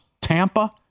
Tampa